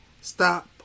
stop